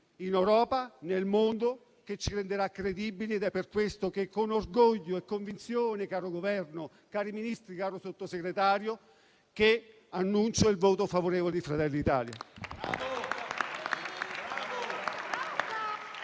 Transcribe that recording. in Europa e nel mondo e che ci renderà credibili. È per questo che, con orgoglio e convinzione, caro Governo, cari Ministri e caro Sottosegretario, annuncio il voto favorevole di Fratelli d'Italia